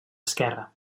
esquerre